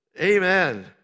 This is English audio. Amen